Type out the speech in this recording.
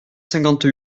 cinquante